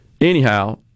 Anyhow